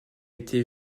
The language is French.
été